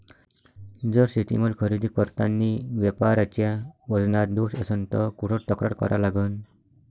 जर शेतीमाल खरेदी करतांनी व्यापाऱ्याच्या वजनात दोष असन त कुठ तक्रार करा लागन?